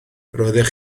roeddech